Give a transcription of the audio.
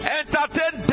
entertain